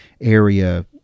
area